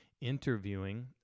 interviewing